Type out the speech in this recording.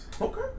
Okay